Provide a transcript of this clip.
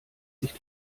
sich